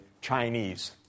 Chinese